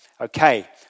Okay